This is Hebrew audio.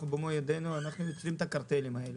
במו ידינו אנחנו יוצרים את הקרטלים האלה.